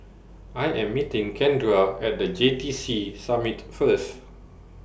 I Am meeting Kendra At The J T C Summit First